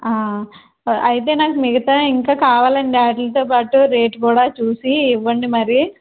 అయితే నాకు మిగతావి ఇంకా కావాలండివాటితో పాటు రేటు కూడా చూసి ఇవ్వండి మరి